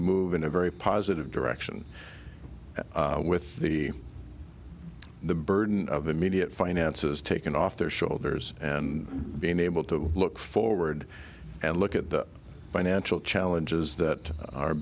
move in a very positive direction with the the burden of immediate finances taken off their shoulders and being able to look forward and look at the financial challenges that are